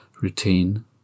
routine